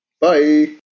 Bye